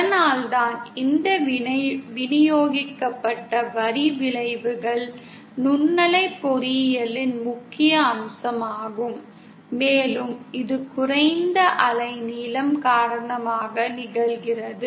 அதனால்தான் இந்த விநியோகிக்கப்பட்ட வரி விளைவுகள் நுண்ணலை பொறியியலின் முக்கிய அம்சமாகும் மேலும் இது குறைந்த அலைநீளம் காரணமாக நிகழ்கிறது